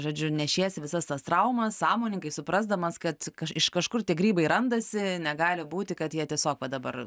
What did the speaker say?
žodžiu nešiesi visas tas traumas sąmoningai suprasdamas kad iš kažkur tie grybai randasi negali būti kad jie tiesiog va dabar